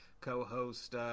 co-host